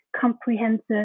comprehensive